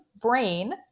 brain